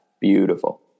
Beautiful